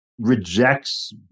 rejects